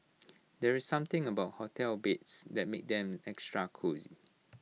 there's something about hotel beds that makes them extra cosy